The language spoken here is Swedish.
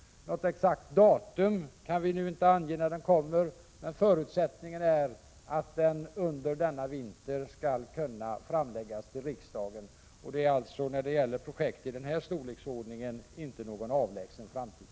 Något exakt datum kan vi inte ange i dag. Avsikten är emellertid att den skall framläggas för riksdagen under denna vinter. När det gäller projekt i denna storleksordning är det således inte fråga om någon avlägsen framtid.